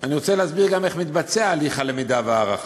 ואני רוצה להסביר גם איך מתבצע הליך הלמידה וההערכה.